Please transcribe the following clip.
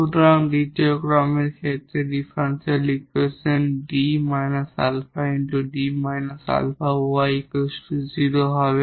সুতরাং দ্বিতীয় অর্ডারের ক্ষেত্রে ডিফারেনশিয়াল ইকুয়েশন 𝐷 𝛼 𝐷 𝛼 𝑦 0 হবে